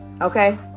Okay